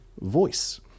voice